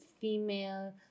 female